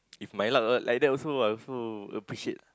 if my luck uh like that also I also appreciate